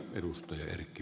arvoisa puhemies